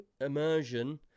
immersion